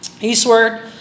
Eastward